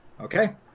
Okay